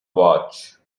watch